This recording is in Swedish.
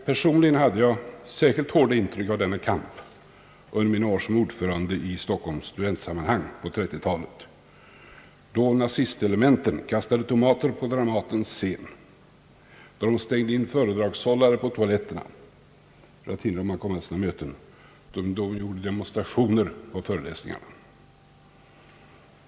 Personligen hade jag särskilt hård känning av denna kamp under mina år som ordförande i studentkårssammanhang här i Stockholm på 30-talet, då nazistelementen kastade tomater på Dramatens scen, stängde in föredragshållare på toaletterna för att hindra dem att komma till sina möten och ordnade demonstrationer på föreläsningarna.